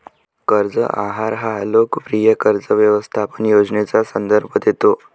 कर्ज आहार हा लोकप्रिय कर्ज व्यवस्थापन योजनेचा संदर्भ देतो